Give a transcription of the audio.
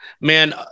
man